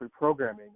reprogramming